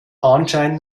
anschein